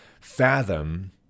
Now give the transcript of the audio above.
fathom